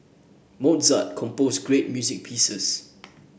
Mozart composed great music pieces